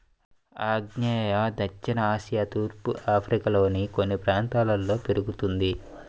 ఆగ్నేయ దక్షిణ ఆసియా తూర్పు ఆఫ్రికాలోని కొన్ని ప్రాంతాల్లో పెరుగుతుంది